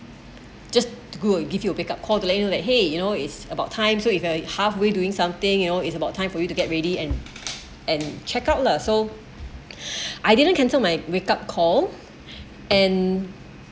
just to go and give you a wake up call to let you know that !hey! you know it's about time so if a halfway doing something you know it's about time for you to get ready and and check out lah so I didn't cancel my wake up call and